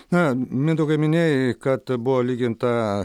na mindaugai minėjai kad buvo lyginta